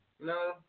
No